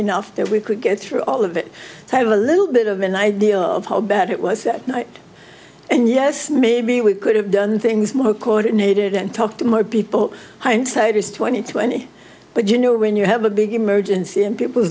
enough that we could get through all of it so i have a little bit of an idea of how bad it was and yes maybe we could have done things more coordinated and talk to more people hindsight is twenty twenty but you know when you have a big emergency and people